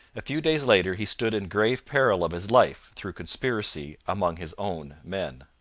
a few days later he stood in grave peril of his life through conspiracy among his own men.